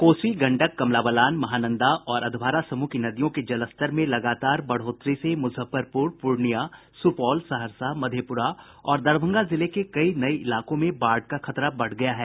कोसी गंडक कमला बलान महानंदा और अधवारा समूह की नदियों के जलस्तर में लगातार बढ़ोतरी से मुजफ्फरपुर पूर्णियां सुपौल सहरसा मधेपुरा और दरभंगा जिले के कई नये इलाकों में बाढ़ का खतरा बढ़ गया है